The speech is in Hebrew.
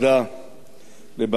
לבעיית העובדים הזרים,